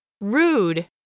Rude